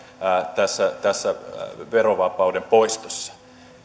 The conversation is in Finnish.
tässä tässä verovapauden poistossa